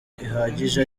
ihagije